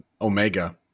Omega